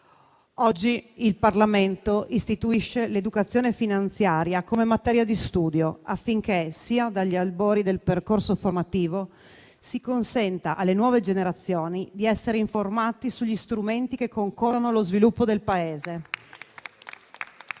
Oggi il Parlamento istituisce l'educazione finanziaria come materia di studio, affinché sin dagli albori del percorso formativo si consenta alle nuove generazioni di essere informate sugli strumenti che concorrono allo sviluppo del Paese